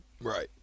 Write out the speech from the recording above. Right